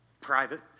private